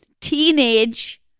teenage